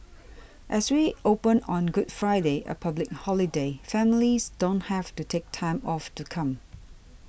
as we open on Good Friday a public holiday families don't have to take time off to come